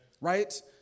right